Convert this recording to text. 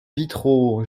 vitraux